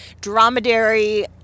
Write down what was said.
dromedary